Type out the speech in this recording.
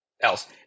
else